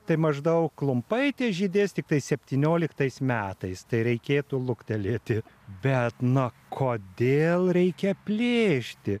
tai maždaug klumpaitės žydės tiktai septynioliktais metais tai reikėtų luktelėti bet nu kodėl reikia plėšti